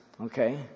Okay